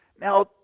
Now